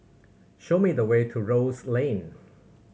show me the way to Rose Lane